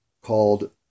called